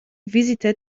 visitor